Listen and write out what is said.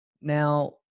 Now